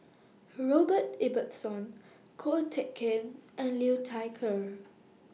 Robert Ibbetson Ko Teck Kin and Liu Thai Ker